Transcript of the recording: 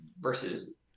versus